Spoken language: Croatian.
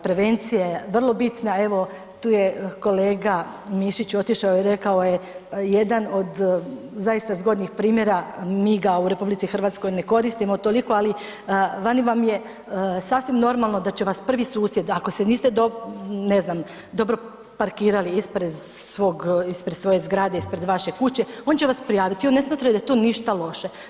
Prevencija je vrlo bitna evo tu je kolega Mišić otišao je i rekao je jedan od zaista zgodnih primjera, mi ga u RH ne koristimo toliko, ali vani vam je sasvim normalno da će vas prvi susjed ako se niste ne znam dobro parkirali ispred svoje zgrade, ispred vaše kuće, on će vas prijaviti i on ne smatra da je to ništa loše.